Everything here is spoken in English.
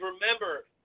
remember